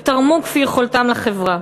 ותרמו כפי יכולתם לחברה.